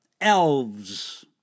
elves